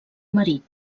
marit